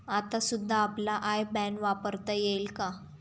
आता सुद्धा आपला आय बॅन वापरता येईल का?